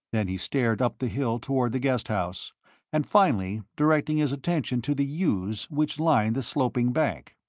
then he stared up the hill toward the guest house and finally, directing his attention to the yews which lined the sloping bank